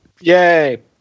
Yay